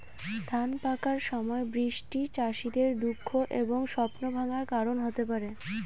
ধান পাকার সময় বৃষ্টি চাষীদের দুঃখ এবং স্বপ্নভঙ্গের কারণ হতে পারে